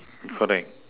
correct